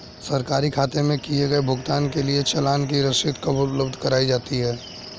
सरकारी खाते में किए गए भुगतान के लिए चालान की रसीद कब उपलब्ध कराईं जाती हैं?